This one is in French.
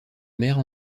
mère